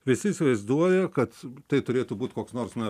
visi įsivaizduoja kad tai turėtų būt koks nors na